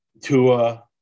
Tua